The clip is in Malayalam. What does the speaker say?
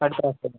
അടുത്ത മാസം അല്ലെ